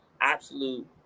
absolute